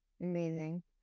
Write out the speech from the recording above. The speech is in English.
Amazing